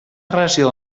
relació